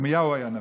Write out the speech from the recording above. ירמיהו היה נביא.